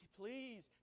please